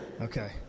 Okay